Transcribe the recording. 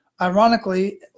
Ironically